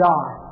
God